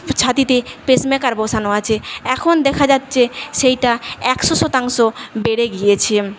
ছাতিতে pacemaker বসানো আছে এখন দেখা যাচ্ছে সেইটা একশো শতাংশ বেড়ে গিয়েছে